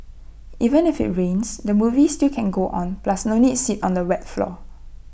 even if IT rains the movie still can go on plus no need sit on the wet floor